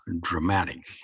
dramatic